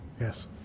Yes